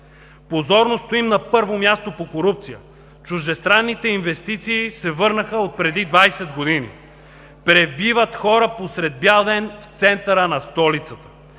Позорно стоим на първо място по корупция. Чуждестранните инвестиции се върнаха отпреди двадесет години. Пребиват хора посред бял ден в центъра на столицата.